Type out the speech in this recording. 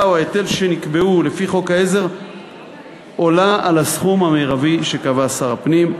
או ההיטל שנקבעו לפי חוק העזר עולה על הסכום המרבי שקבע שר הפנים.